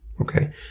okay